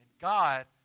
God